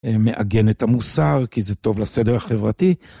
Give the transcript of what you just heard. מאגן את המוסר, כי זה טוב לסדר החברתי.